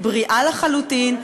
היא בריאה לחלוטין.